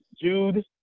Jude